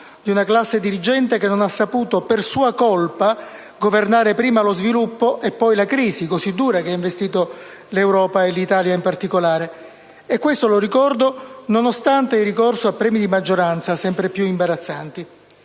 di una classe dirigente che non ha saputo, per sua colpa, governare prima lo sviluppo e poi la crisi così dura che ha investito l'Europa, e l'Italia in particolare. Questo - lo ricordo - nonostante il ricorso a premi di maggioranza sempre più imbarazzanti.